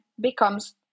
becomes